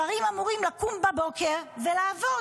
שרים אמורים לקום בבוקר ולעבוד.